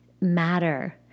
matter